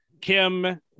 Kim